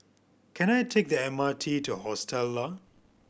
can I take the M R T to Hostel Lah